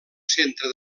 centre